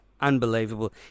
unbelievable